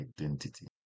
identity